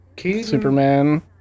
superman